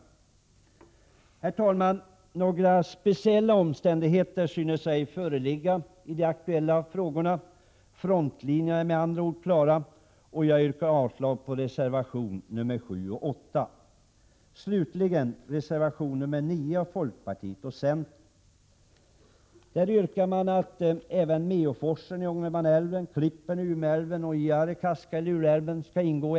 Några speciella omständigheter synes ej föreligga i de aktuella frågorna. Frontlinjerna är med andra ord klara. Jag yrkar avslag på reservationerna 7 och 8.